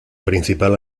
principal